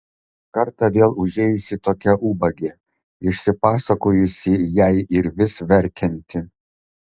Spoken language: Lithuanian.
kartą vėl užėjusi tokia ubagė išsipasakojusi jai ir vis verkianti